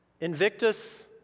Invictus